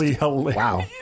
wow